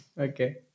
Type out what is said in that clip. Okay